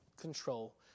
control